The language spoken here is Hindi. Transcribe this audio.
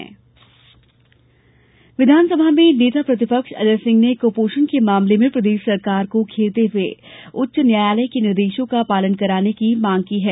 विघानसभा विधानसभा में नेता प्रतिपक्ष अजय सिंह ने कुपोषण के मामले में प्रदेश सरकार को घेरते हुए उच्च न्यायालय के निर्देशों का पालन कराने की मांग की है